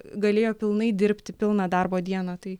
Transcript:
galėjo pilnai dirbti pilną darbo dieną tai